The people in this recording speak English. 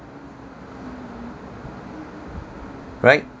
right